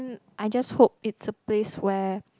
I just hope it's a place where